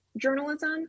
journalism